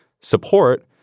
support